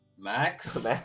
Max